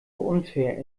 unfair